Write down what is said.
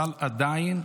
אבל עדיין,